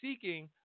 seeking